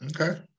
Okay